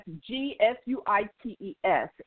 G-S-U-I-T-E-S